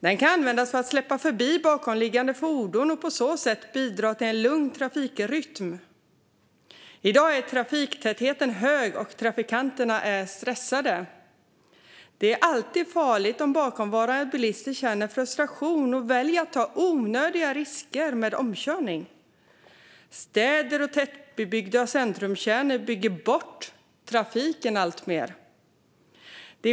Den kan användas för att släppa förbi bakomliggande fordon och på så sätt bidra till en lugn trafikrytm. I dag är trafiktätheten hög, och trafikanterna är stressade. Det är alltid farligt om bakomvarande bilister känner frustration och väljer att ta onödiga risker med omkörning. Städer och tätbebyggda centrumkärnor bygger bort trafik i allt högre grad.